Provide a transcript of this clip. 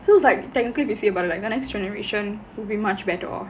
so is like technically saying about it like the next generation will be much better off